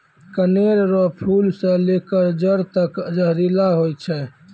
कनेर रो फूल से लेकर जड़ तक जहरीला होय छै